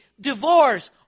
divorce